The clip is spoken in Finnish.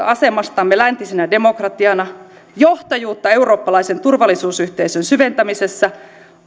asemastamme läntisenä demokratiana johtajuutta eurooppalaisen turvallisuusyhteisön syventämisessä